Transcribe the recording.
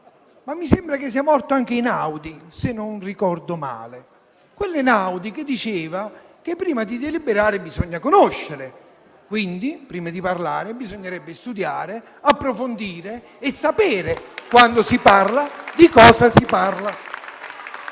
Mi sembra che sia morto anche Einaudi, se non ricordo male, quell'Einaudi che diceva che prima di deliberare bisogna conoscere, quindi prima di parlare bisognerebbe studiare, approfondire e sapere, quando si parla, di cosa si parla.